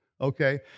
Okay